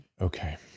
okay